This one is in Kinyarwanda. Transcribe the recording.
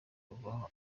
kuhava